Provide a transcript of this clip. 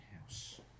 House